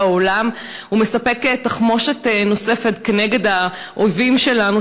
העולם ומספק תחמושת נוספת לאויבים שלנו,